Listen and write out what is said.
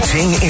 Ting